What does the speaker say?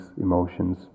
emotions